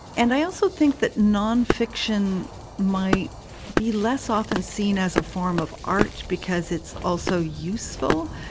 and i also think that nonfiction might be less often seen as a form of art because it's also useful,